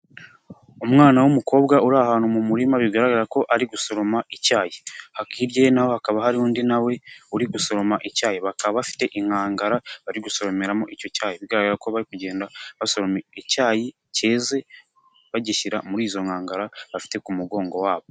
Umwana w'umukobwa uri ahantu mu murima bigaragara ko ari gusoroma icyayi. Hirya ye na ho hakaba hari undi na we uri gusoroma icyayi, bakaba bafite inkangara bari gusoromeramo icyo cyayi. Bigaragara ko bari kugenda basoroma icyayi cyeze, bagishyira muri izo nkangara bafite ku mugongo wabo.